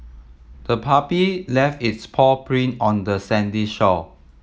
the puppy left its paw print on the sandy shore